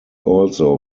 also